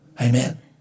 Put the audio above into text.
Amen